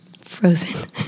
Frozen